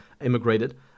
immigrated